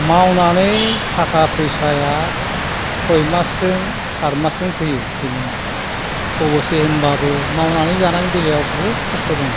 मावनानै थाखा फैसाया सय मासजों सारि मासजों फैयो फैनाया अबयस्से होनबाबो मावनानै जानायनि बेलायाव बहुद कस्त' दङ